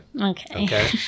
Okay